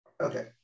Okay